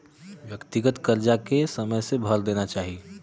व्यक्तिगत करजा के समय से भर देना चाही